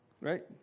Right